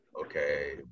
okay